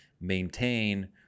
maintain